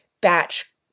batch